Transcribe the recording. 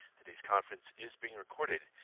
today's conference is being recorded.